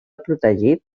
protegit